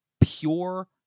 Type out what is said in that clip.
pure